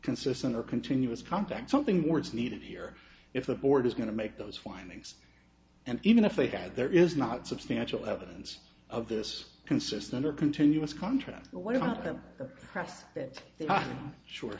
consistent or continuous contact something where it's needed here if the board is going to make those findings and even if they got there is not substantial evidence of this consistent or continuous contracts or what